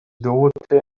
daughter